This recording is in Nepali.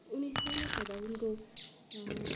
उनी सानो छँदा उनको